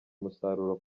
umusaruro